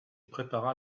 prépara